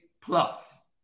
plus